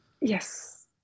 yes